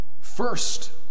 first